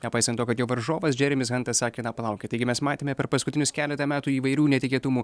nepaisant to kad jo varžovas džeremis hantas sakė na palaukit taigi mes matėme per paskutinius keletą metų įvairių netikėtumų